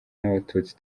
n’abatutsi